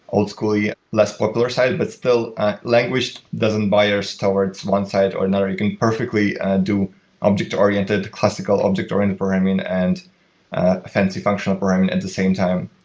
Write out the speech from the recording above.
old school, yeah less popular side, but still language doesn't bias towards one side or another. you can perfectly do object-oriented, haskell object-oriented programming and fancy functional programming um and at the same time,